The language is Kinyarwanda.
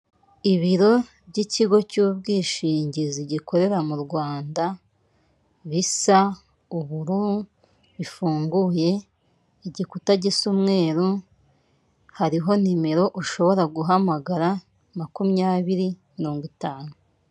Ibiro by'ikigo cy'ubwishingizi gikorera mu Rwanda, bisa ubururu bifunguye, igikuta gisa umweru. Hariho nimero ushobora guhamagara, makumyabiri mirongo itanu.